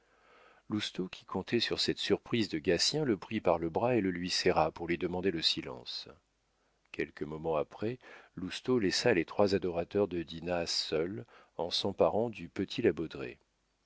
lousteau qui comptait sur cette surprise de gatien le prit par le bras et le lui serra pour lui demander le silence quelques moments après lousteau laissa les trois adorateurs de dinah seuls en s'emparant du petit